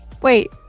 Wait